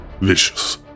vicious